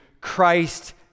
Christ